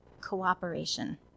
cooperation